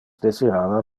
desirava